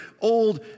old